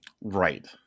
Right